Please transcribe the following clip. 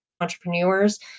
entrepreneurs